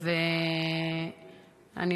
הוא לא רצח אותה.